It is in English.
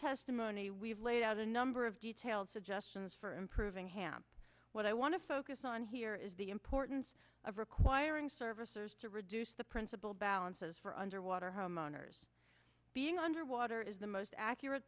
testimony we've laid out a number of detailed suggestions for improving hamp what i want to focus on here is the importance of requiring servicers to reduce the principal balances for underwater homeowners being underwater is the most accurate